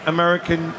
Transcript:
American